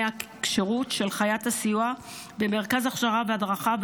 הכשירות של חיית הסיוע במרכז הכשרה והדרכה,